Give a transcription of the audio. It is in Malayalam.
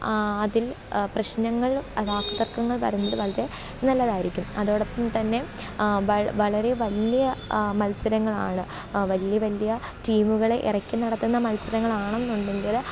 അതില് പ്രശ്നങ്ങള് വാക്ക് തർക്കങ്ങൾ വരുന്നത് വളരെ നല്ലതായിരിക്കും അതോടൊപ്പം തന്നെ വളരെ വലിയ മത്സരങ്ങളാണ് വലിയ വലിയ ടീമുകളെ ഇറക്കി നടത്തുന്ന മത്സരങ്ങളാണെന്നുണ്ടെങ്കിൽ